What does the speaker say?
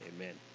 amen